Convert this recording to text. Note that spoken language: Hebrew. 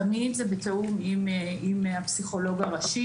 תמיד זה בתיאום עם הפסיכולוג הראשי,